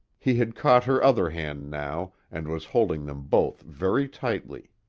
he had caught her other hand now and was holding them both very tightly.